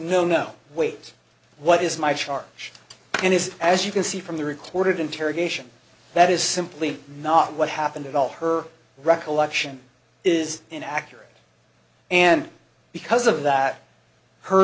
no no wait what is my charge and is as you can see from the record interrogation that is simply not what happened at all her recollection is inaccurate and because of that her